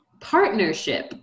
partnership